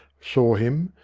saw him,